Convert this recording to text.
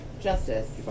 Justice